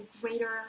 greater